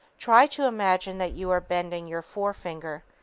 try to imagine that you are bending your forefinger.